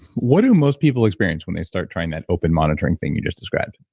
what do most people experience when they start trying that open monitoring thing you just described?